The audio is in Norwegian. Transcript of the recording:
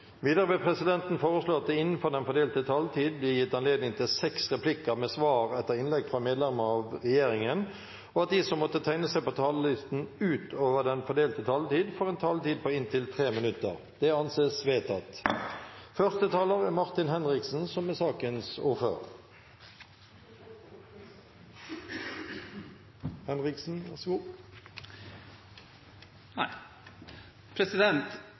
Videre vil presidenten foreslå at det – innenfor den fordelte taletid – blir gitt anledning til replikker med svar etter innlegg fra medlemmer av regjeringen, og at de som måtte tegne seg på talerlisten utover den fordelte taletid, får en taletid på inntil 3 minutter. – Det anses vedtatt.